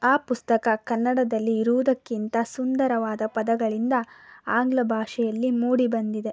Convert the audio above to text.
ಆ ಪುಸ್ತಕ ಕನ್ನಡದಲ್ಲಿ ಇರುವುದಕ್ಕಿಂತ ಸುಂದರವಾದ ಪದಗಳಿಂದ ಆಂಗ್ಲ ಭಾಷೆಯಲ್ಲಿ ಮೂಡಿಬಂದಿದೆ